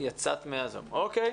יצאת מהזום, אוקיי.